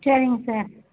சரிங் சார்